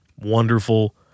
wonderful